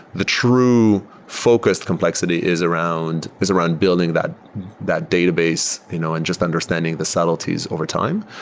the true focus complexity is around is around building that that database you know and just understanding the subtleties overtime.